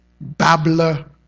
babbler